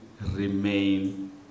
remain